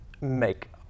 make